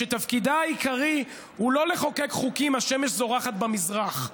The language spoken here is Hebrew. שתפקידה העיקרי הוא לא לחוקק חוקים שהשמש זורחת במזרח,